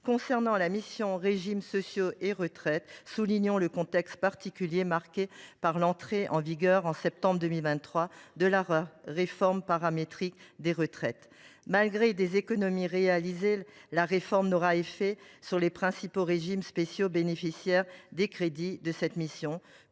Concernant la mission « Régimes sociaux et de retraite », soulignons le contexte particulier marqué par l’entrée en vigueur en septembre 2023 de la réforme paramétrique des retraites. Malgré des économies réalisées, la réforme n’aura pas d’effet avant 2025 sur les principaux régimes spéciaux bénéficiaires des crédits de cette mission,